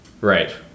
Right